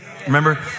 Remember